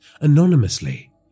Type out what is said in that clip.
anonymously